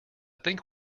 think